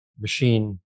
machine